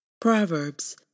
Proverbs